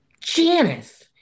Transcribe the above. janice